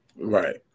Right